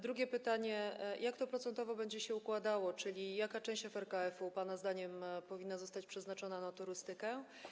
Drugie pytanie: Jak to procentowo będzie się układało, czyli jaka część FRKF pana zdaniem powinna zostać przeznaczona na turystykę?